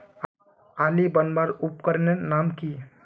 आली बनवार उपकरनेर नाम की?